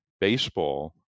baseball